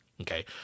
Okay